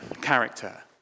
character